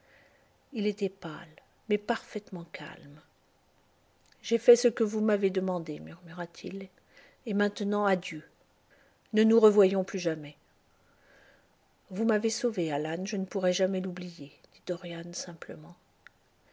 il était pâle mais parfaitement calme j'ai fait ce que vous m'avez demandé murmura-t-il et maintenant adieu ne nous revoyons plus jamais vous m'avez sauvé alan je ne pourrai jamais l'oublier dit dorian simplement